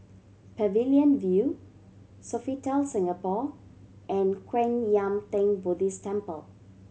Pavilion View Sofitel Singapore and Kwan Yam Theng Buddhist Temple